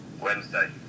Wednesday